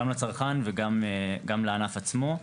גם לצרכן וגם לענף עצמו.